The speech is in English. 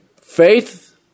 faith